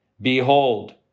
behold